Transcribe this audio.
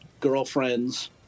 girlfriends